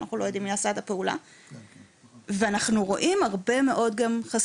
כי אנחנו לא יודעים מי עשה את הפעולה,